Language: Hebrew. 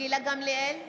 גילה גמליאל,